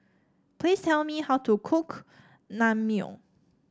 please tell me how to cook Naengmyeon